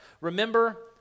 Remember